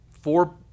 four